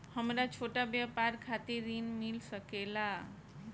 हमरा छोटा व्यापार खातिर ऋण मिल सके ला?